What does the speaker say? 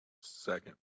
Second